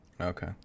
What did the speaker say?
Okay